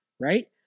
right